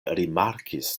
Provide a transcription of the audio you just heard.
rimarkis